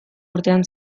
urtean